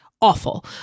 awful